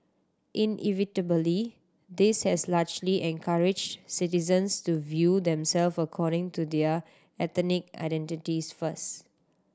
inevitably this has largely encourage citizens to view them self according to their ethnic identities first